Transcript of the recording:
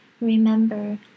Remember